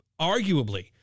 arguably